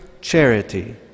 charity